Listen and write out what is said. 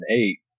eight